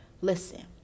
listen